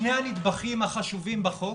שני הנדבכים החשובים בחוק